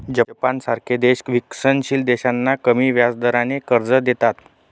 जपानसारखे देश विकसनशील देशांना कमी व्याजदराने कर्ज देतात